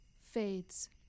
Fades